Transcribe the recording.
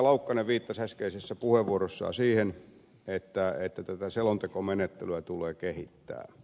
laukkanen viittasi äskeisessä puheenvuorossaan siihen että tätä selontekomenettelyä tulee kehittää